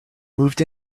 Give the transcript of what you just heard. moved